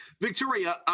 victoria